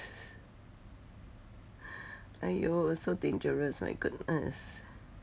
!aiyo! so dangerous my goodness